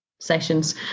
sessions